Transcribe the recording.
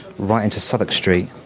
right into southwark street,